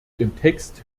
text